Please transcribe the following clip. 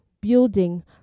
building